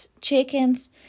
chickens